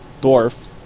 dwarf